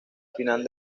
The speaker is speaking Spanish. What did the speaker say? final